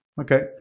okay